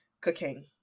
cooking